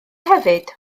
hefyd